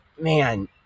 man